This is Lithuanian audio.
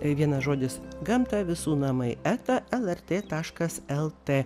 vienas žodis gamta visų namai eta lrt taškas lt